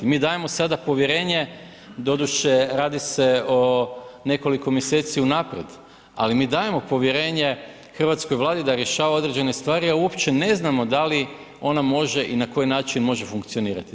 Mi dajemo sada povjerenje, doduše, radi se o nekoliko mjeseci unaprijed, ali mi dajemo povjerenje hrvatskoj Vladi da rješava određene stvari, a uopće ne znamo da li ona može i na koji način može funkcionirati.